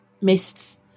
mists